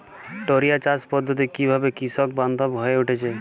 টোরিয়া চাষ পদ্ধতি কিভাবে কৃষকবান্ধব হয়ে উঠেছে?